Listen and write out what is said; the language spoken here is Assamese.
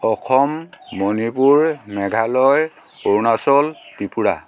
অসম মণিপুৰ মেঘালয় অৰুণাচল ত্ৰিপুৰা